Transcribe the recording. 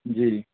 جی